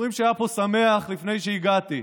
אומרים שהיה פה שמח לפני שהגעתי,